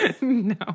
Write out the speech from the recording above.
No